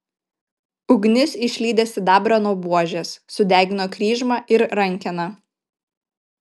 ugnis išlydė sidabrą nuo buožės sudegino kryžmą ir rankeną